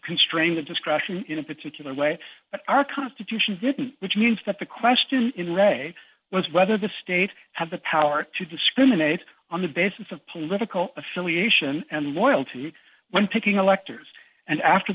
constrain the discretion in a particular way but our constitution didn't which means that the question in re was whether the state had the power to discriminate on the basis of political affiliation and loyalty when picking electors and after